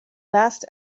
last